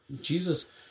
Jesus